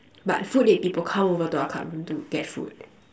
but food eight people come over to our club room to get food